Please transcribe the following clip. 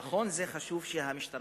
נכון שזה חשוב שהמשטרה,